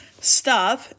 stop